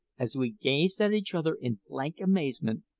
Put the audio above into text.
as we gazed at each other in blank amazement,